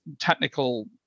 technical